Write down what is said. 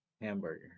hamburger